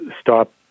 stop